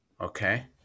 okay